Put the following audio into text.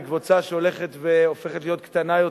היא קבוצה שהולכת והופכת להיות קטנה יותר,